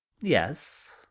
yes